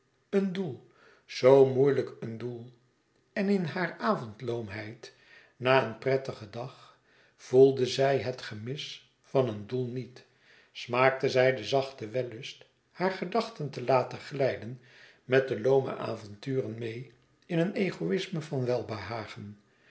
een doel zoo moeilijk een doel en in hare avondloomheid na een prettigen dag voelde zij het gemis van een doel niet smaakte zij de zachte wellust hare gedachten te laten glijden met de loome avonduren meê in een egoïsme van welbehagen